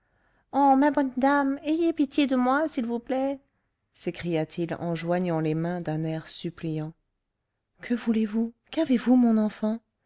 oh ma bonne dame ayez pitié de moi s'il vous plaît s'écria-t-il en joignant les mains d'un air suppliant que voulez-vous qu'avez-vous mon enfant